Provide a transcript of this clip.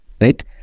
right